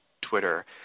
Twitter